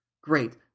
great